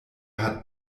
hat